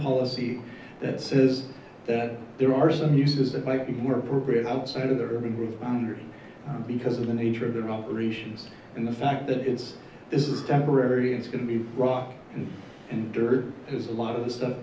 policy that says that there are some uses that might be more appropriate outside of the urban ring because of the nature of their operations and the fact that it's this is temporary it's going to be rock and dirt because a lot of the stuff